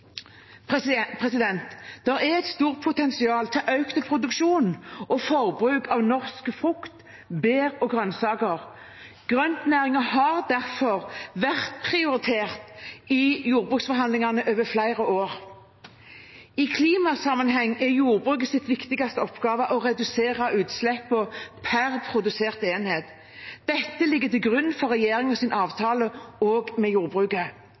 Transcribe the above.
er et stort potensial for økt produksjon og forbruk av norsk frukt, bær og grønnsaker. Grøntnæringen har derfor vært prioritert i jordbruksforhandlingene over flere år. I klimasammenheng er jordbrukets viktigste oppgave å redusere utslippene per produserte enhet. Dette ligger til grunn for regjeringens avtale med jordbruket. Vi har gode nasjonale kostholdsråd med